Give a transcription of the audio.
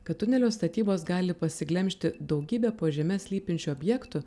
kad tunelio statybos gali pasiglemžti daugybę po žeme slypinčių objektų